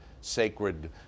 sacred